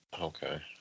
okay